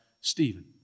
Stephen